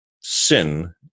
sin